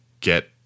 get